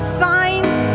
signs